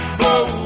blow